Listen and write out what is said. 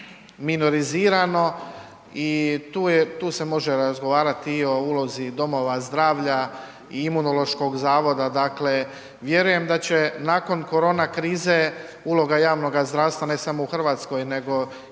minorizirano i tu je, tu se može razgovarati i o ulozi domova zdravlja i Imunološkog zavoda, dakle vjerujem da će nakon korona krize uloga javnoga zdravstva ne samo u Hrvatskoj nego